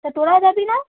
তা তোরা যাবি না